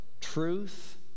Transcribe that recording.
truth